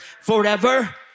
forever